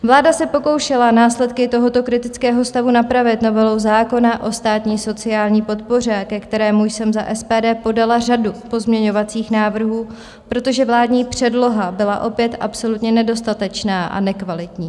Vláda se pokoušela následky tohoto kritického stavu napravit novelou zákona o státní sociální podpoře, ke kterému jsem za SPD podala řadu pozměňovacích návrhů, protože vládní předloha byla opět absolutně nedostatečná a nekvalitní.